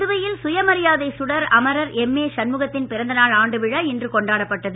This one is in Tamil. புதுவையில் சுயமரியாதை சுடர் அமரர் எம்ஏ சண்முகத்தின் பிறந்தநாள் ஆண்டுவிழா இன்று கொண்டாடப்பட்டது